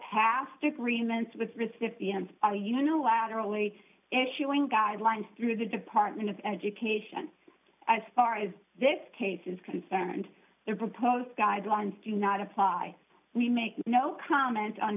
past agreements with recipients are unilaterally issuing guidelines through the department of education as far as this case is concerned the proposed guidelines do not apply we make no comment on